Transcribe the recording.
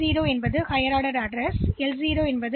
எனவே A0 என்பது உயர் வரிசை முகவரி பஸ் உள்ளடக்கம் A0 ஆகும்